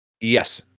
Yes